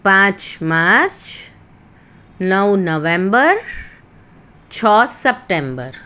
પાંચ માર્ચ નવ નવેમ્બર છ સપ્ટેમ્બર